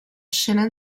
scena